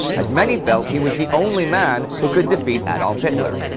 as many felt he was the only man who could defeat adolf hitler.